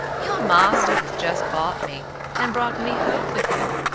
your master has just bought me and brought me home with him.